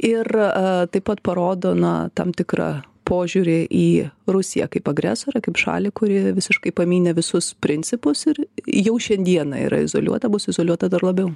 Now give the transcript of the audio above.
ir taip pat parodo na tam tikrą požiūrį į rusiją kaip agresorę kaip šalį kuri visiškai pamynė visus principus ir jau šiandieną yra izoliuota bus izoliuota dar labiau